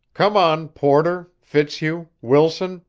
come on, porter fitzhugh wilson,